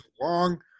long